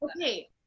Okay